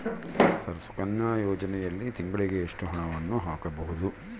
Sir Sukanya ಯೋಜನೆಯಲ್ಲಿ ತಿಂಗಳಿಗೆ ಎಷ್ಟು ಹಣವನ್ನು ಹಾಕಬಹುದು?